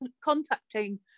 contacting